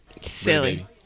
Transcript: Silly